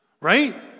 right